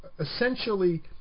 Essentially